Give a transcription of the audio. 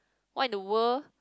why in the world